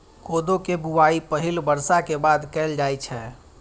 कोदो के बुआई पहिल बर्षा के बाद कैल जाइ छै